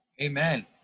amen